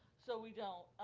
so we don't.